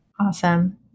Awesome